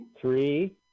Three